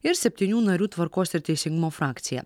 ir septynių narių tvarkos ir teisingumo frakcija